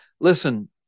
Listen